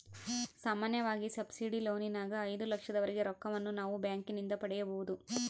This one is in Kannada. ಸಾಮಾನ್ಯವಾಗಿ ಸಬ್ಸಿಡಿ ಲೋನಿನಗ ಐದು ಲಕ್ಷದವರೆಗೆ ರೊಕ್ಕವನ್ನು ನಾವು ಬ್ಯಾಂಕಿನಿಂದ ಪಡೆಯಬೊದು